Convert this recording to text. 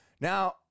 Now